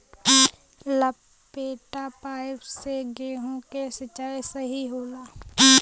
लपेटा पाइप से गेहूँ के सिचाई सही होला?